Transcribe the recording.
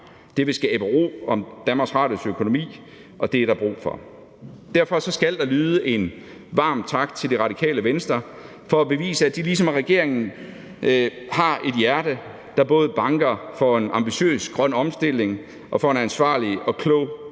Det vil skabe ro om Danmarks Radios økonomi, og det er der brug for. Derfor skal der lyde en varm tak til Det Radikale Venstre for at bevise, at de ligesom regeringen har et hjerte, der banker både for en ambitiøs grøn omstilling og for ansvarlige og kloge